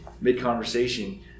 mid-conversation